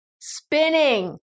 spinning